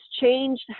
changed